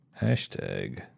hashtag